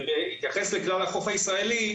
ובהתייחס לכלל החוף הישראלי,